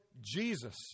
Jesus